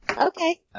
Okay